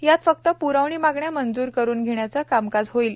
यात फक्त प्रवणी मागण्या मंजूर करून घेण्याचे कामकाज होईल